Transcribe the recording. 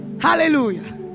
Hallelujah